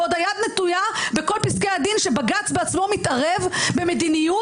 ועוד היד נטויה בכל פסקי הדין שבג"ץ בעצמו מתערב במדיניות,